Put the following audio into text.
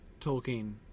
Tolkien